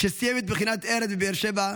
כשסיים את מכינת ארז בבאר שבע,